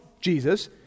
Jesus